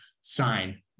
sign